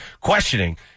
questioning